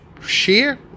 share